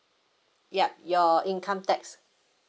yup your income tax